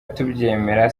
tubyemera